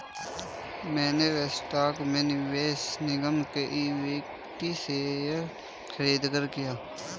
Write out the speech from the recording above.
मैंने स्टॉक में निवेश निगम के इक्विटी शेयर खरीदकर किया है